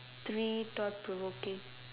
three thought provoking